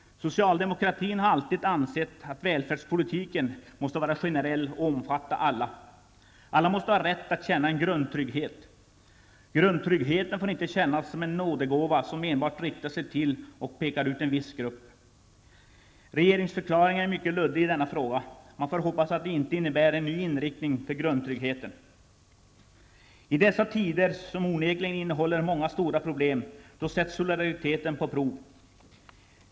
Socialdemokratin har alltid ansett att välfärdspolitiken måste vara generell och omfatta alla. Alla måste ha rätt att känna en grundtrygghet. Grundtryggheten får inte kännas som en nådegåva, som enbart riktar sig till och pekar ut en viss grupp. Regeringsförklaringen är mycket luddig i denna fråga. Man får hoppas att den inte innebär en ny inriktning av grundtryggheten. I dessa tider, som onekligen innehåller många stora problem, sätts solidariteten på prov.